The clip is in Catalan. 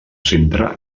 centre